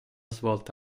svolta